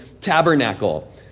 Tabernacle